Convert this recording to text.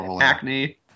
Acne